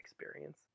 experience